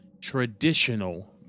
traditional